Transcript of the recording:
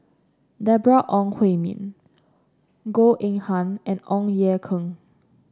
Deborah Ong Hui Min Goh Eng Han and Ong Ye Kung